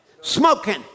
smoking